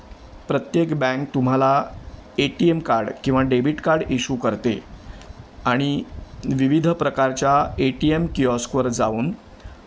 प्रत्येक बँक तुम्हाला A T M card किंवा डेबिट कार्ड इशू करते आणि विविध प्रकारच्या ए टी एम किऑस्कवर जाऊन